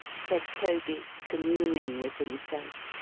said toby, communing with himself.